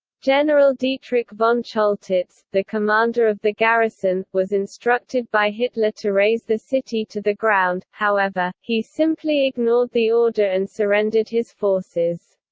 general dietrich von choltitz, the commander of the garrison, was instructed by hitler to raze the city to the ground, however, he simply ignored the order and surrendered his forces.